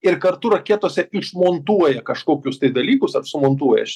ir kartu raketose išmontuoja kažkokius tai dalykus ar sumontuoja aš